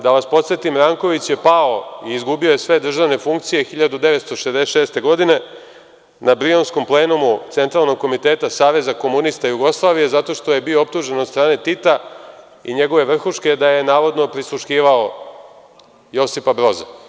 Da vas podsetim, Ranković je pao i izgubio sve državne funkcije 1966. godine, na Brionskom plenumu Centralnog komiteta Saveza komunista Jugoslavije, zato što je bio optužen od strane Tita i njegove vrhuške da je navodno prisluškivao Josipa Broza.